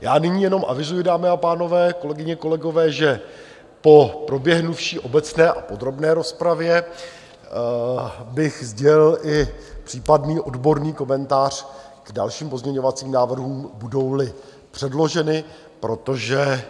Já nyní jenom avizuji, dámy a pánové, kolegyně, kolegové, že po proběhnuvší obecné a podrobné rozpravě bych sdělil i případný odborný komentář k dalším pozměňovacím návrhům, budouli předloženy, protože